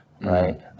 right